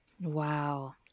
Wow